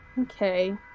Okay